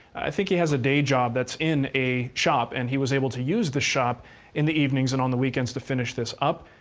i think he has a day job that's in a shop, and he was able to use the shop in the evenings and on the weekends to finish this up.